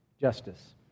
justice